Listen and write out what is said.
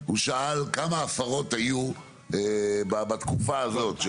הוא שאל כמה הפרות היו בתקופה הזאת?